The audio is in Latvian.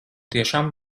tiešām